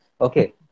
Okay